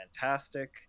fantastic